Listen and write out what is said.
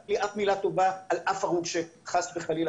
אין לי אף מילה טובה על אף הרוג שחס וחלילה